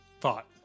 thought